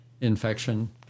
infection